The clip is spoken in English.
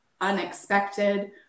unexpected